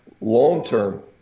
long-term